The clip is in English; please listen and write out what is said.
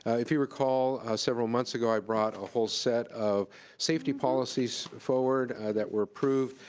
ah if you recall, several months ago i brought a whole set of safety policies forward that were approved.